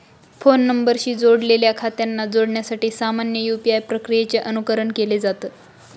phone नंबरशी जोडलेल्या खात्यांना जोडण्यासाठी सामान्य यू.पी.आय प्रक्रियेचे अनुकरण केलं जात